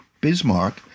Bismarck